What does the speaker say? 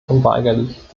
unweigerlich